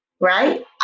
right